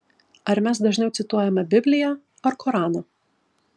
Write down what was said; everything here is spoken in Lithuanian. ar mes dažniau cituojame bibliją ar koraną